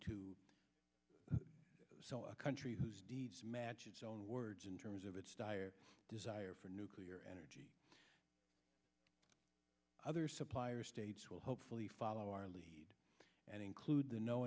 to sell a country whose deeds match its own words in terms of its dire desire for nuclear energy other supplier states will hopefully follow our lead and include the no